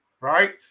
right